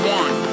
one